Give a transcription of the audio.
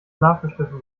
nachgeschliffen